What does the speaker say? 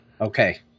okay